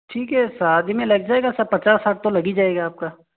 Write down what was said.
ठीक है शादी में लग जाएगा सर पचास साठ तो लग ही जाएगा आप को